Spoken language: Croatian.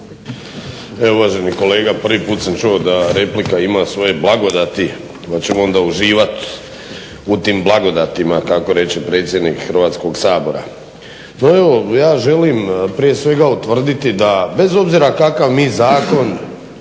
Evo uvaženi kolega prvi put sam čuo da replika ima svoje blagodati, pa ćemo onda uživat u tim blagodatima kako reče predsjednik Hrvatskog sabora. No evo, ja želim prije svega utvrditi da bez obzira kakav mi zakon